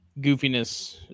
goofiness